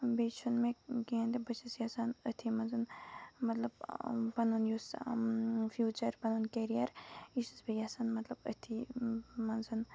بیٚیہِ چھُنہٕ مےٚ کیٚنٛہہ تہِ بہٕ چھَس یَژھان أتھی منٛز مطلب پَنُن یُس فیوٗچر پَنُن کیریر یہِ چھَس بہٕ یَژھان مطلب أتھِی منٛز